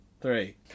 Three